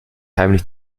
heimlich